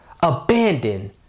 abandon